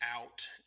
out